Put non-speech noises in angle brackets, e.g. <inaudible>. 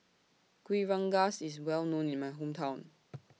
Kuih <unintelligible> IS Well known in My Hometown